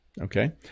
Okay